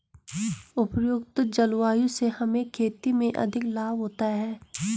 उपयुक्त जलवायु से हमें खेती में अधिक लाभ होता है